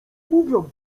mówią